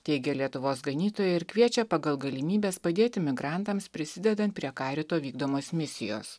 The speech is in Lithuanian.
teigia lietuvos ganytojai ir kviečia pagal galimybes padėti migrantams prisidedant prie karito vykdomos misijos